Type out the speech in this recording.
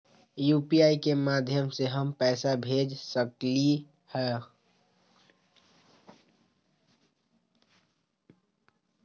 UPI के माध्यम से हम पैसा भेज सकलियै ह?